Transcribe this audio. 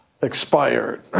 expired